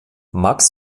max